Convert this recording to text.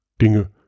Dinge